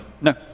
No